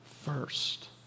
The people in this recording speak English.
first